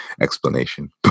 explanation